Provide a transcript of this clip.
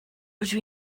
rydw